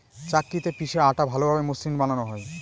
চাক্কিতে পিষে আটা ভালোভাবে মসৃন বানানো হয়